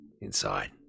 Inside